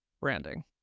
branding